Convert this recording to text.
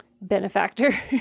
benefactor